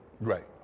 Right